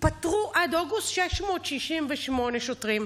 התפטרו 668 שוטרים.